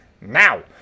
now